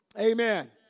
Amen